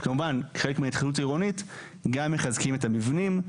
שכמובן חלק מהתחדשות עירונית גם מחזקים את המבנים.